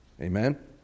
Amen